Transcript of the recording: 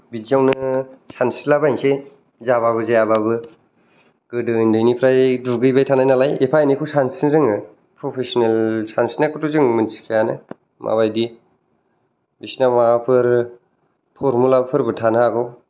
बिदियावनो सानस्रिला बायनोसै जाबाबो जायाबाबो गोदो उनदैनिफ्राय दुगैबाय थानाय नालाय एफा एनैखौ सानस्रिनो रोङो फ्रफेसनेल सानस्रिनायखौथ' जों मोनथिखायानो माबादि बिसिना माबाफोर फरमुलाफोरबो थानो हागौ